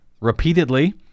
repeatedly